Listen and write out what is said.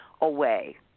away